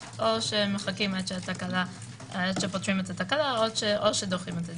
או מחכים עד שפותרים את התקלה או שדוחים את הדיון.